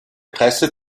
presse